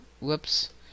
whoops